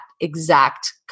exact